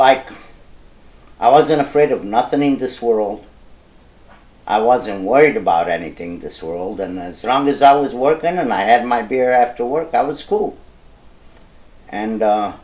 like i wasn't afraid of nothing in this world i wasn't worried about anything this world and strong as i was working on my head my beer after work i was cool and